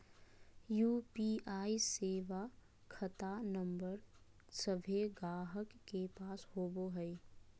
UPI सेवा खता नंबर सभे गाहक के पास होबो हइ